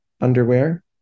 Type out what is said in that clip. underwear